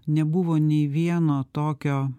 nebuvo nei vieno tokio